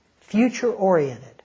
future-oriented